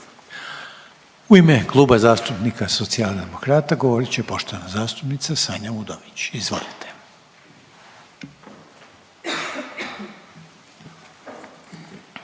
U ime Kluba zastupnika Socijaldemokrata govorit će poštovana zastupnica Sanja Udović. Izvolite.